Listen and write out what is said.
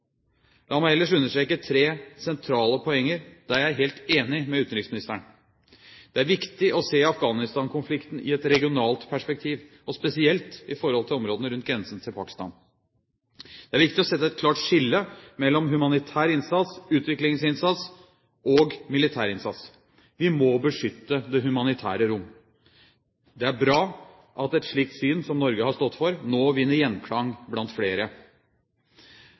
La meg ellers understreke tre sentrale poeng der jeg er helt enig med utenriksministeren: Det er viktig å se Afghanistan-konflikten i et regionalt perspektiv, og spesielt i forhold til områdene rundt grensen til Pakistan. Det er viktig å sette et klart skille mellom humanitær innsats, utviklingsinnsats og militær innsats. Vi må beskytte det humanitære rom. Det er bra at et slikt syn som Norge har stått for, nå vinner gjenklang blant flere.